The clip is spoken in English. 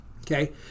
okay